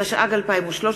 התשע"ג 2013,